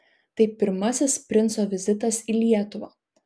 tai pirmasis princo vizitas į lietuvą